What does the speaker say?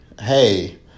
hey